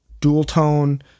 dual-tone